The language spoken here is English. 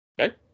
Okay